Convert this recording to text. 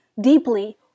deeply